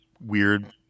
weird